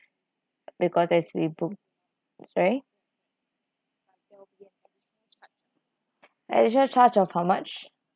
because as we book sorry additional charge of how much